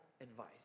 advice